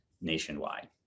nationwide